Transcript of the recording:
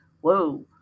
Whoa